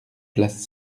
place